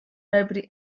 nobody